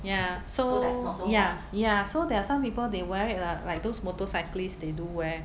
ya so ya ya so there are some people they wear it ah like those motorcyclist they do wear